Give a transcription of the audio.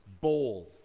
bold